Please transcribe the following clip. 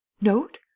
note